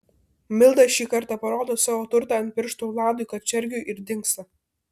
milda šį kartą parodo savo turtą ant pirštų vladui kačergiui ir dingsta